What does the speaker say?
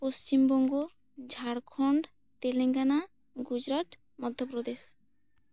Paschim Banga Jharkhand Telangana Gujarat Madhya Pradesh